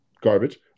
Garbage